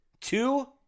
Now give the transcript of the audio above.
two